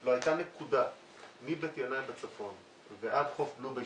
לא הייתה נקודה מבית ינאי בצפון ועד חוף בלו ביי,